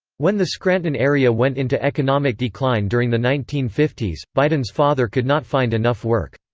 when the scranton area went into economic decline during the nineteen fifty s, biden's father could not find enough work.